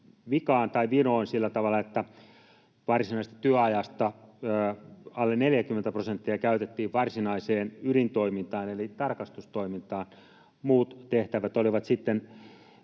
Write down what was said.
paljon vinoon sillä tavalla, että varsinaisesta työajasta alle 40 prosenttia käytettiin varsinaiseen ydintoimintaan eli tarkastustoimintaan. Muut tehtävät olivat sitten